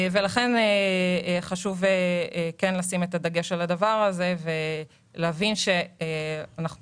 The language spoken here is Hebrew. לכן חשוב לשים את הדגש על הדבר הזה ולהבין שאנחנו